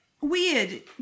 weird